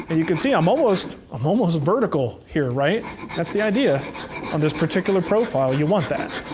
and you can see i'm almost um almost vertical here, right? that's the idea. on this particular profile, you want that.